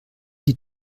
die